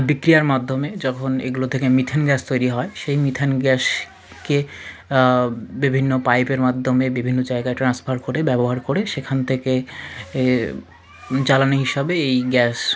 বিক্রিয়ার মাধ্যমে যখন এগুলো থেকে মিথেন গ্যাস তৈরি হয় সেই মিথেন গ্যাসকে বিভিন্ন পাইপের মাধ্যমে বিভিন্ন জায়গায় ট্রান্সফার করে ব্যবহার করে সেখান থেকে এ জ্বালানি হিসাবে এই গ্যাস